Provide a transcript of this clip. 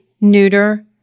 neuter